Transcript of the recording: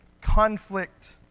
conflict